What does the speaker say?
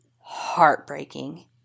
heartbreaking